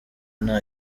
nta